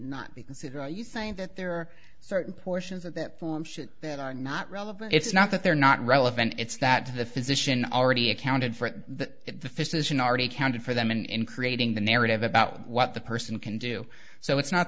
not be considered are you saying that there are certain portions of that form that are not relevant it's not that they're not relevant it's that the physician already accounted for that the physicians already accounted for them in creating the narrative about what the person can do so it's not